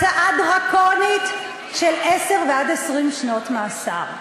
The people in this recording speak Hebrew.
הצעה דרקונית של עשר עד 20 שנות מאסר.